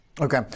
Okay